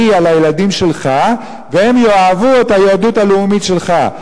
על הילדים שלך והם יאהבו את היהדות הלאומית שלך.